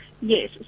Yes